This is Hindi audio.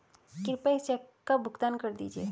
कृपया इस चेक का भुगतान कर दीजिए